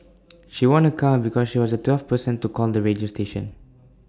she won A car because she was the twelfth person to call the radio station